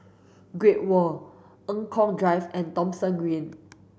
Great World Eng Kong Drive and Thomson Green